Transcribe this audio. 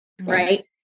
right